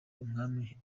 umwami